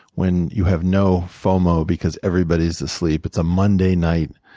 when you have no fomo because everybody's asleep, it's a monday night,